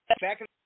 Back